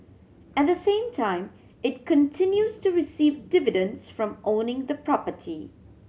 at the same time it continues to receive dividends from owning the property